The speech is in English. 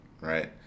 right